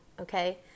okay